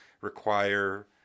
require